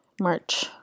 March